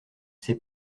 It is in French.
ses